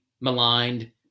maligned